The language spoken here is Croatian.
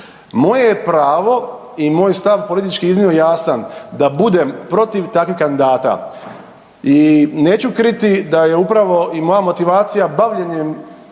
Moje je pravo i moj stav politički je iznimno jasan da budem protiv takvih kandidata i neću kriti da je upravo i moja motivacija bavljenjem